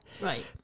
Right